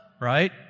right